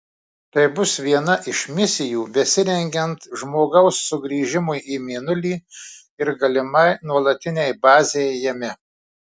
tai bus viena iš misijų besirengiant žmogaus sugrįžimui į mėnulį ir galimai nuolatinei bazei jame